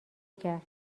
کرد